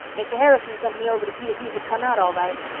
mr. harrison sent me over to see if yous had come out all right.